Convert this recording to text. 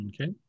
Okay